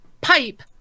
pipe